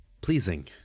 Pleasing